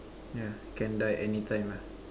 yeah can die anytime ah